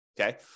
Okay